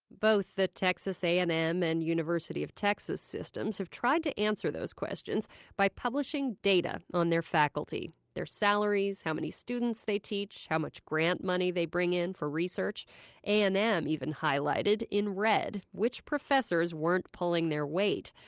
both the texas a and m and university of texas systems have tried to answer those questions by publishing data on their faculty their salaries, how many students they teach, how much grant money they bring in for research. a and m even highlighted in red which professors weren't pulling their weight.